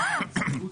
אין להם נציגות?